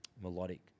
melodic